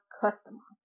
customer